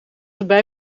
erbij